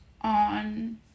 on